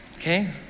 Okay